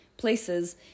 places